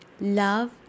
love